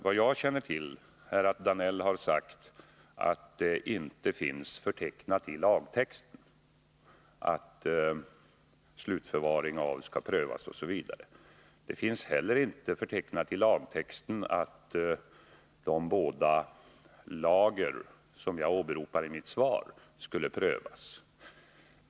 Det jag känner till är att Georg Danell har sagt att det inte finns förtecknat i lagtexten att slutförvaring skall prövas. Det finns inte heller förtecknat i lagtexten att de båda lager som jag åberopar i mitt svar skall prövas.